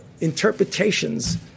interpretations